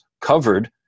covered